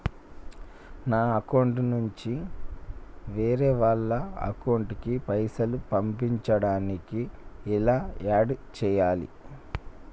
నా అకౌంట్ నుంచి వేరే వాళ్ల అకౌంట్ కి పైసలు పంపించడానికి ఎలా ఆడ్ చేయాలి?